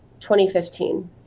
2015